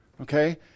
Okay